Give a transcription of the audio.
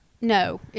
no